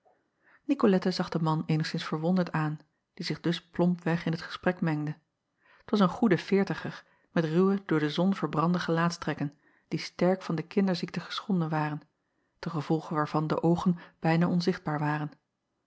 icolette zag den man eenigszins verwonderd aan die zich dus plompweg in t gesprek mengde t as een goede veertiger met ruwe door de zon verbrande gelaatstrekken die sterk van de kinderziekte geschonden waren ten gevolge waarvan de oogen bijna onzichtbaar waren